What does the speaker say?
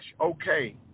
okay